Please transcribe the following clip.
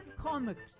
comics